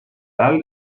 dalt